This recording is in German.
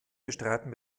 bestreiten